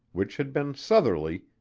which had been southerly,